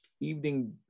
Evening